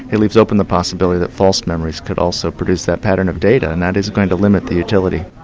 it leaves open the possibility that false memories could also produce that pattern of data and that is going to limit the utility.